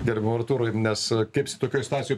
gerbiamam artūrui nes kaip si tokioj situacijoj